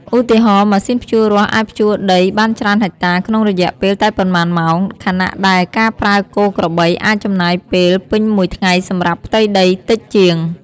ឧទាហរណ៍ ម៉ាស៊ីនភ្ជួររាស់អាចភ្ជួរដីបានច្រើនហិកតាក្នុងរយៈពេលតែប៉ុន្មានម៉ោង ខណៈដែលការប្រើគោក្របីអាចចំណាយពេលពេញមួយថ្ងៃសម្រាប់ផ្ទៃដីតិចជាង។